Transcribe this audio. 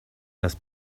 las